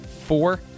Four